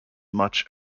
much